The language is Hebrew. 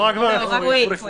אולי זה לא